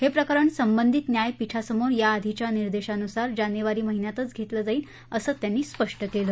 हे प्रकरण संबंधित न्याय पीठासमोर याआधीच्या निर्देशानुसार जानेवारी महिन्यातच घेतली जाईल असं त्यांनी स्पष्ट केलं